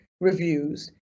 reviews